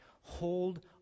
Hold